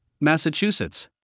Massachusetts